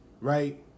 right